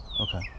Okay